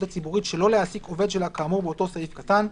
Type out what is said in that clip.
הציבורית שלא להעסיק עובד שלה כאמור באותו סעיף קטן,